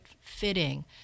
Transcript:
fitting